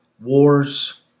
wars